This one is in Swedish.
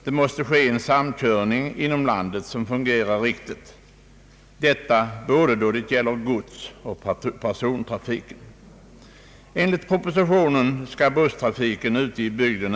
Det måste bli en samkörning inom landet som fungerar riktigt både för godstrafiken och för persontrafiken.